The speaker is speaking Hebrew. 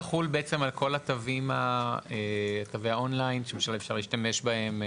אז זה לא יחול על כל תווי האונליין שאפשר להשתמש בהם?